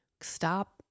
Stop